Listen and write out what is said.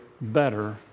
better